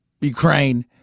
Ukraine